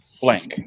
blank